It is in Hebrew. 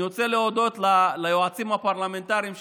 אני רוצה להודות ליועצים הפרלמנטריים שלי,